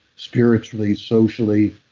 spiritually, socially.